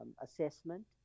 assessment